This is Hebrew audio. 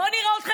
בואו נראה אתכם,